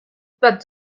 but